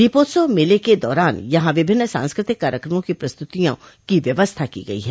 दीपोत्सव मेले के दौरान यहां विभिन्न सांस्कृतिक कार्यक्रमों की प्रस्तुतियों की व्यवस्था की गई है